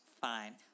fine